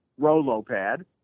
Rolopad